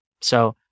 So-